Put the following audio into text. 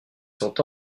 sont